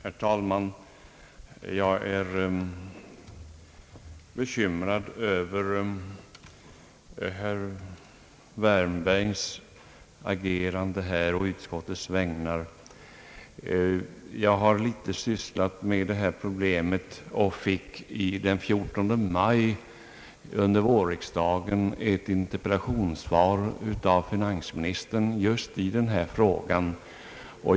Herr talman! Jag är bekymrad över herr Wärnbergs agerande. Jag har en smula sysslat med detta problem och fick den 14 maj under vårriksdagen svar av finansministern på en interpellation just i denna fråga.